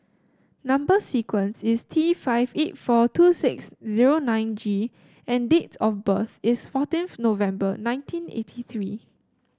number sequence is T five eight four two six zero nine G and date of birth is fourteenth November nineteen eighty three